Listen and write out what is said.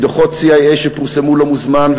מדוחות CIA שפורסמו לא מזמן,